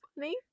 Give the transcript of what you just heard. funny